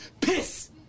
piss